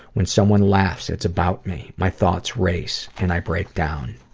when someone laughs, it's about me. my thoughts race and i break down.